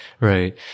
Right